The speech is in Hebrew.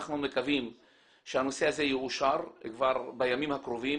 אנחנו מקווים שהנושא הזה יאושר כבר בימים הקרובים,